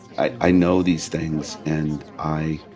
i i know these things, and i